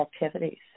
activities